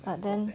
but then